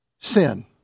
sin